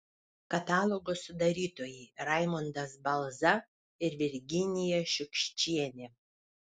katalogo sudarytojai raimundas balza ir virginija šiukščienė